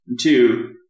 two